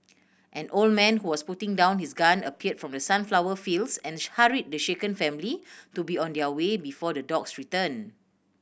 an old man who was putting down his gun appeared from the sunflower fields and hurried the shaken family to be on their way before the dogs return